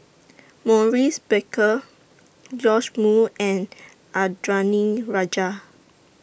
Maurice Baker Joash Moo and Indranee Rajah